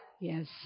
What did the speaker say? Yes